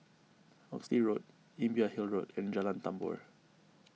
Oxley Road Imbiah Hill Road and Jalan Tambur